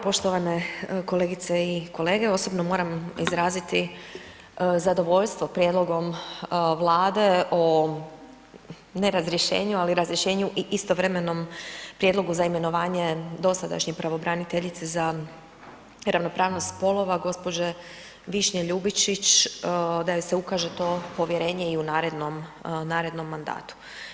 Poštovane kolegice i kolege, osobno moram izraziti zadovoljstvo prijedlogom Vlade o ne razrješenju, ali razrješenju i istovremenom prijedlogu za imenovanje dosadašnje pravobraniteljice za ravnopravnost spolove gđe. Višnje Ljubičić da joj se ukaže to povjerenje i u narednom, narednom mandatu.